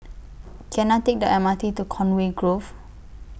Can I Take The M R T to Conway Grove